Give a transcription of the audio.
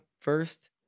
first